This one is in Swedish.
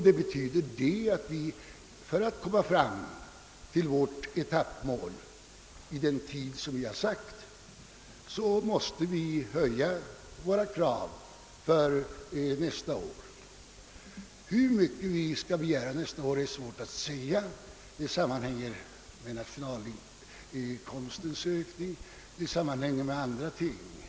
Det betyder att vi för att komma fram till vårt etappmål vid den tid vi sagt måste höja våra krav för nästa år. Hur mycket vi skall begära nästa år är svårt att säga; det sammanhänger med nationalinkomstens ökning och med andra ting.